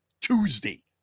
Tuesday